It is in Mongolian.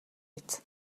биз